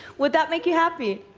would that make you happy?